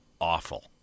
awful